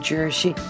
Jersey